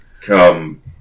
Come